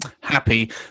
happy